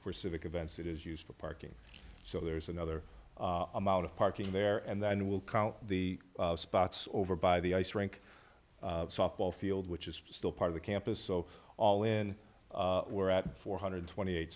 for civic events it is used for parking so there's another amount of parking there and then we'll count the spots over by the ice rink softball field which is still part of the campus so all in we're at four hundred and twenty eight